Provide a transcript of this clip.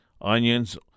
onions